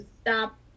stop